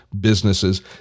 businesses